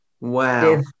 Wow